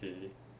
K